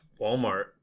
Walmart